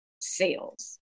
sales